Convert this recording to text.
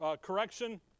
correction